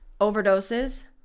overdoses